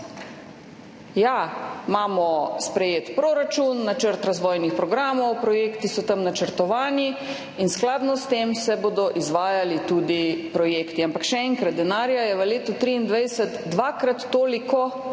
Ja, imamo sprejet proračun, načrt razvojnih programov, projekti so tam načrtovani in skladno s tem se bodo projekti tudi izvajali. Ampak še enkrat, denarja je v letu 2023 dvakrat toliko,